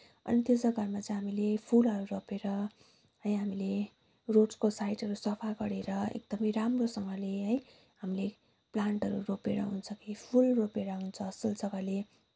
अनि त्यो जग्गाहरूमा चाहिँ हामीले फुलहरू रोपेर है हामीले रोडको साइडहरू सफा गरेर एकदमै राम्रोसँगले है हामीले प्लान्टहरू रोपेर हुन्छ कि फुल रोपेर हुन्छ असलसँगले